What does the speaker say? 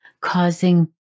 causing